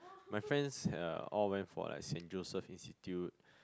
my friends all went for like St-Joseph-Institute